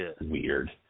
Weird